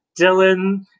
Dylan